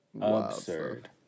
Absurd